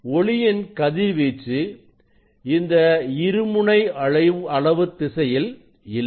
ஒளியின் கதிர்வீச்சு இந்த இருமுனை அலைவு திசையில் இல்லை